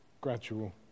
gradual